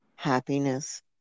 happiness